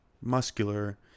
muscular